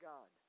God